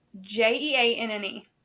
J-E-A-N-N-E